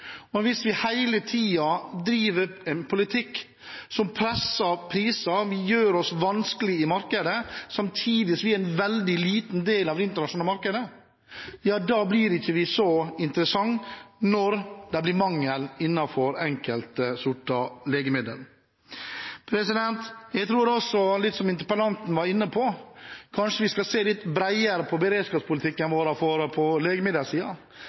Hvis vi hele tiden driver en politikk som presser priser, hvis vi gjør oss vanskelige i markedet samtidig som vi er en veldig liten del av det internasjonale markedet, blir vi ikke så interessante når det blir mangel på enkelte sorter legemiddel. Jeg tror kanskje – litt som interpellanten var inne på – vi skal se litt bredere på beredskapspolitikken vår på legemiddelsiden, kanskje nettopp se på